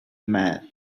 mad